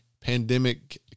pandemic